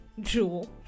jewel